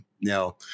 now